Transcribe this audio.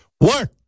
work